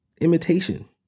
imitation